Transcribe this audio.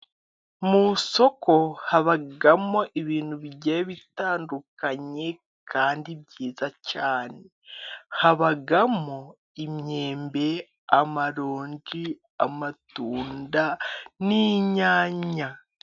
Mu isoko habamo ibintu bigiye bitandukanye kandi byiza cyane, habamo imyembe, amaronji, amatunda n'inyanya.